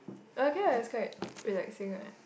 okay lah it's quite relaxing what